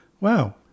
wow